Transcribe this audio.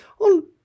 On